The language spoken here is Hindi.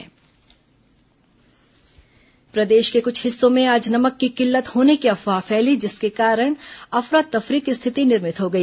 कोरोना नमक किल्लत प्रदेश के कुछ हिस्सों में आज नमक की किल्लत होने की अफवाह फैली जिसके कारण अफरा तफरी की स्थिति निर्मित हो गई